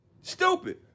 Stupid